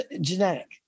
genetic